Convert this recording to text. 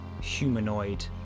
humanoid